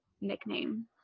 nickname